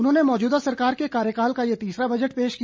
उन्होंने मौजूदा सरकार के कार्यकाल का ये तीसरा बजट पेश किया